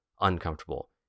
uncomfortable